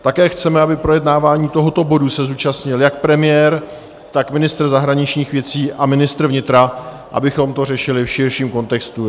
Také chceme, aby projednávání tohoto bodu se zúčastnil jak premiér, tak ministr zahraničních věcí a ministr vnitra, abychom to řešili v širším kontextu.